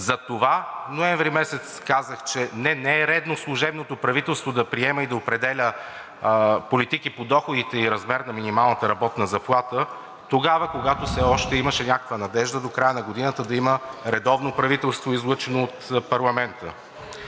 Затова ноември месец казах, че не, не е редно служебното правителство да приема и да определя политики по доходите и размер на минималната работна заплата – тогава, когато все още имаше някаква надежда до края на годината да има редовно правителство, излъчено от парламента.